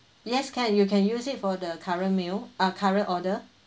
yes can you can use it for the current meal uh current order